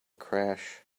crash